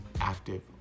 active